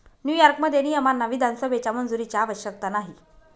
न्यूयॉर्कमध्ये, नियमांना विधानसभेच्या मंजुरीची आवश्यकता नाही